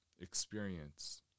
experience